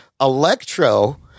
Electro